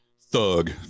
thug